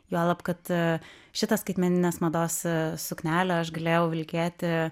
juolab kad šitą skaitmeninės mados suknelę aš galėjau vilkėti